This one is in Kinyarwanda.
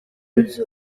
nzu